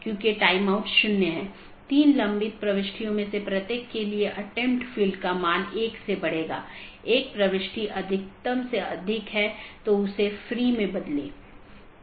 क्योंकि पूर्ण मेश की आवश्यकता अब उस विशेष AS के भीतर सीमित हो जाती है जहाँ AS प्रकार की चीज़ों या कॉन्फ़िगरेशन को बनाए रखा जाता है